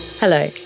Hello